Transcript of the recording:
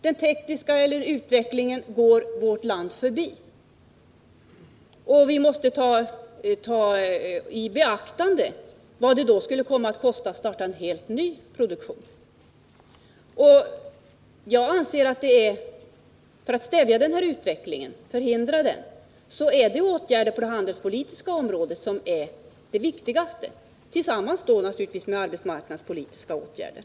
Den tekniska utvecklingen går vårt land förbi. Vi måste också ta i beaktande vad det skulle kosta att starta en helt ny produktion. Jag anser att det när det gäller att förhindra fortsatt tillbakagång är viktigast med åtgärder på det handelspolitiska området — naturligtvis då tillsammans med arbetsmarknadspolitiska åtgärder.